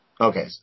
Okay